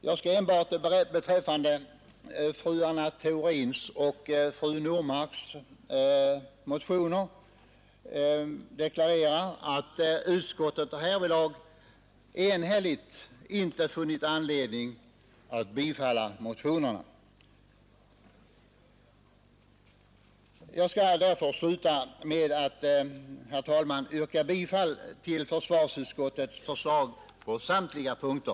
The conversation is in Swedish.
Jag skall endast beträffande fru Theorins och fru Normarks motioner deklarera att utskottet enhälligt inte funnit anledning att tillstyrka motionerna. Jag skall, herr talman, sluta med att yrka bifall till försvarsutskottets förslag på samtliga punkter.